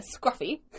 Scruffy